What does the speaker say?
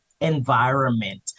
environment